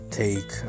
take